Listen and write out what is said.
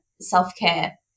self-care